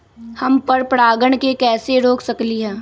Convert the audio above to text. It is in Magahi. हम पर परागण के कैसे रोक सकली ह?